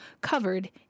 covered